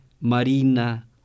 marina